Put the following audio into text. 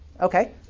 Okay